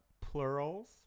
Plurals